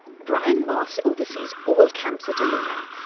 brian maus oversees all camps at eluna.